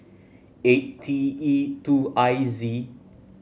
eight T E two I Z